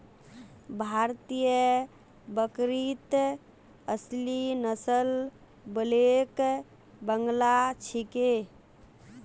भारतीय बकरीत असली नस्ल ब्लैक बंगाल छिके